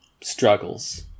struggles